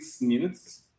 minutes